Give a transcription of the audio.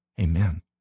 Amen